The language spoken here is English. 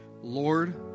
Lord